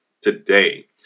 today